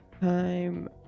time